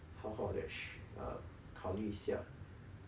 好好的 ah 考虑一下